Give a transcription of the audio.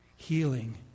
Healing